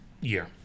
year